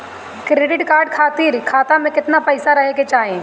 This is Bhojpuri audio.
क्रेडिट कार्ड खातिर खाता में केतना पइसा रहे के चाही?